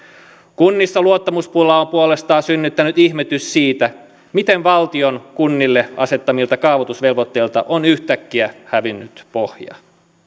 kunnissa luottamuspulaa on puolestaan synnyttänyt ihmetys siitä miten valtion kunnille asettamilta kaavoitusvelvoitteilta on yhtäkkiä hävinnyt pohja